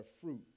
fruit